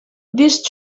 these